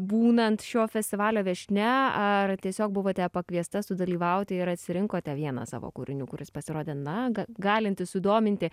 būnant šio festivalio viešnia ar tiesiog buvote pakviesta sudalyvauti ir atsirinkote vieną savo kūrinių kuris pasirodė na ga galintis sudominti